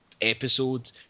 episode